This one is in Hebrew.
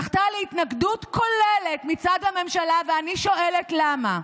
זכתה להתנגדות כוללת מצד הממשלה, ואני שואלת למה.